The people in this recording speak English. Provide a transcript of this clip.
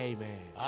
Amen